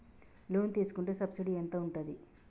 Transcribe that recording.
Loan తీసుకుంటే subsidy ఎంత ఉంటది?